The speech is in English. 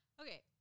Okay